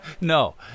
No